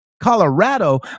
Colorado